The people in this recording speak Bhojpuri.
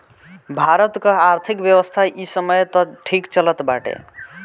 भारत कअ आर्थिक व्यवस्था इ समय तअ ठीक चलत बाटे